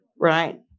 Right